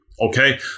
okay